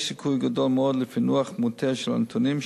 יש סיכוי גדול מאוד לפענוח מוטעה של הנתונים,